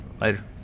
Later